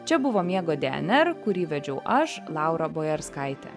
čia buvo miego dė en er kurį vedžiau aš laura bojarskaitė